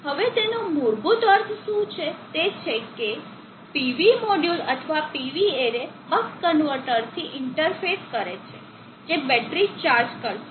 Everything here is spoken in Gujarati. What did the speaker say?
હવે તેનો મૂળભૂત અર્થ શું છે તે છે કે PV મોડ્યુલ અથવા PV એરે બક કન્વર્ટરથી ઇન્ટરફેસ કરે છે જે બેટરી ચાર્જ કરશે